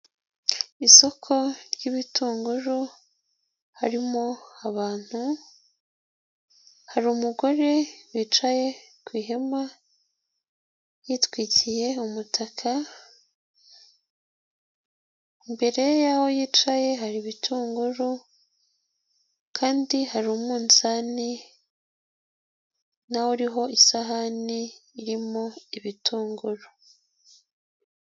Isoko ry'ibitunguru harimo abantu, hari umugore wicaye ku ihema yitwikiye umutaka, imbere y'aho yicaye hari ibitunguru kandi hari umunzani nawo uriho isahani irimo ibitunguru.